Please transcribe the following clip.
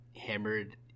hammered